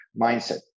mindset